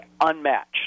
unmatched